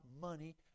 money